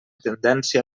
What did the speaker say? tendència